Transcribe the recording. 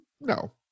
No